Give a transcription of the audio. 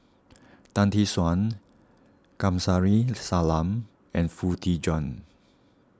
Tan Tee Suan Kamsari Salam and Foo Tee Jun